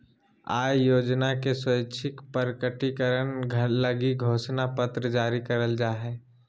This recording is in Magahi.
आय योजना के स्वैच्छिक प्रकटीकरण लगी घोषणा पत्र जारी करल जा हइ